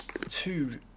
two